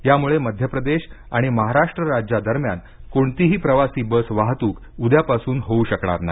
यामुळे मध्यप्रदेश आणि महाराष्ट्र राज्या दरम्यान कोणतीही प्रवासी बस वाहतूक उद्यापासून होऊ शकणार नाही